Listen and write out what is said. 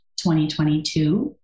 2022